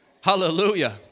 Hallelujah